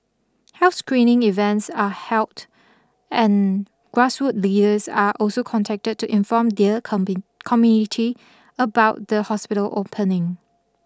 health screening events are held and grassroots leaders are also contacted to inform their comping community about the hospital opening